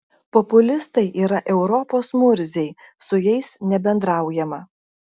populistai yra europos murziai su jais nebendraujama